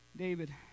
David